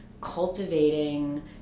cultivating